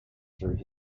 through